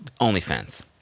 OnlyFans